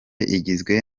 igizwe